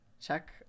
Check